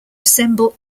assemble